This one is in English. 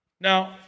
Now